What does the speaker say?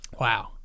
Wow